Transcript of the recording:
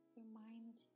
remind